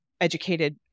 educated